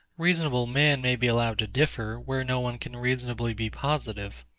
reasonable men may be allowed to differ, where no one can reasonably be positive.